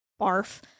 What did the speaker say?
Barf